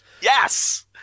Yes